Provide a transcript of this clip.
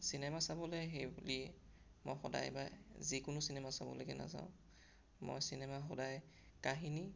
cinema চাবলৈ সেইবুলি মই সদায় বা যিকোনো চিনেমা চাবলৈকে নাযাওঁ মই চিনেমা সদায় কাহিনী